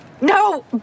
no